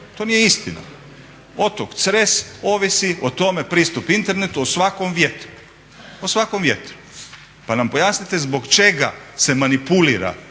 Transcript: to nije istina. Otok Cres ovisi o tome pristup internetu o svakom vjetru pa nam pojasnite zbog čega se manipulira